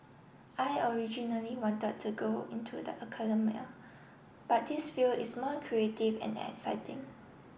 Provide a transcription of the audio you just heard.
I originally wanted to go into the academia but this field is more creative and exciting